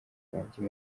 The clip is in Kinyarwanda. wanjye